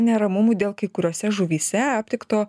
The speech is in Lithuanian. neramumų dėl kai kuriose žuvyse aptikto